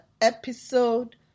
episode